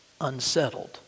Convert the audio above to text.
unsettled